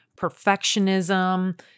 perfectionism